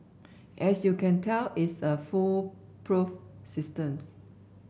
as you can tell it's a foolproof systems